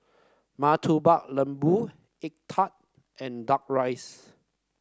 Murtabak Lembu egg tart and duck rice